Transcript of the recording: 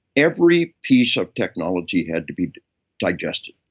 every piece of technology had to be digested.